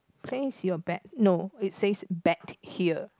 place your bet no it says bet here